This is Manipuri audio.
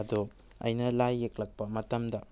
ꯑꯗꯣ ꯑꯩꯅ ꯂꯥꯏ ꯌꯦꯛꯂꯛꯄ ꯃꯇꯝꯗ